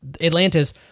Atlantis